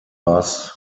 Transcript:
bass